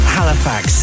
Halifax